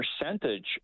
percentage